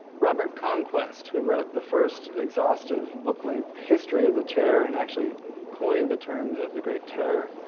robert conquest, who wrote the first exhaustive book-length history of the terror, and actually coined the term, the the great terror,